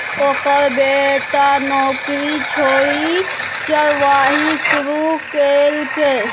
ओकर बेटा नौकरी छोड़ि चरवाही शुरू केलकै